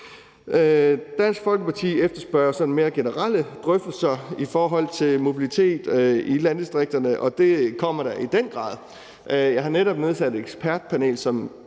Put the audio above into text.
Dansk Folkeparti efterspørger mere generelle drøftelser i forhold til mobilitet i landdistrikterne, og det kommer der i den grad. Jeg har netop nedsat et ekspertpanel,